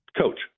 Coach